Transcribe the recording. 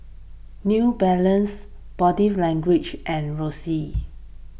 New Balance Body Language and Roxy